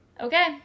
Okay